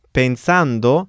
pensando